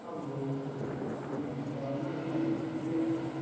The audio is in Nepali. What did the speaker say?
अब केही भन्नु पर्दैन किन भन्दाखेरि अब